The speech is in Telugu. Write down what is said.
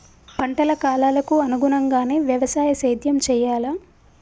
పంటల కాలాలకు అనుగుణంగానే వ్యవసాయ సేద్యం చెయ్యాలా?